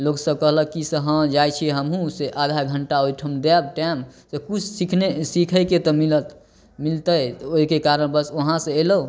लोकसब कहलक की से हँ जाइ छी हमहुॅं से आधा घंटा ओहिठाम देब टाइम से किछु सिखने सीखैके तऽ मिलत मिलतै ओहिके कारण बस वहाँसे एलहुॅं